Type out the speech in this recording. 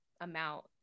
amount